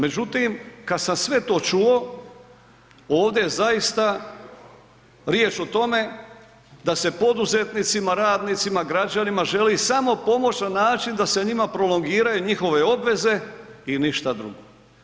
Međutim, kad sam sve to čuo, ovdje je zaista riječ o tome da se poduzetnicima, radnicima, građanima, želi samo pomoć na način da se njima prolongiraju njihove obveze i ništa drugo.